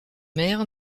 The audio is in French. mer